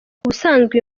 ubusanzwe